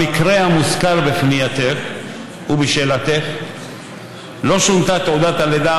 במקרה המוזכר בפנייתך ובשאלתך לא שונתה תעודת הלידה